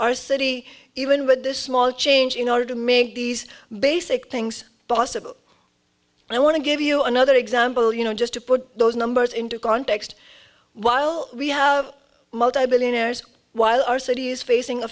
our city even with this small change in order to make these basic things possible i want to give you another example you know just to put those numbers into context while we have multi billionaires while our city is facing a